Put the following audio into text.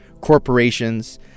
corporations